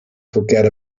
forget